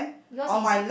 because is